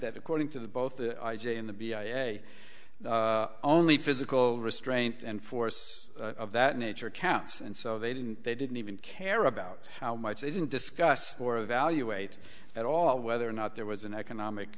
that according to the both i j in the b i a only physical restraint and force of that nature counts and so they didn't they didn't even care about how much they didn't discuss or evaluate at all whether or not there was an economic